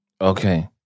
Okay